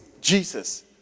Jesus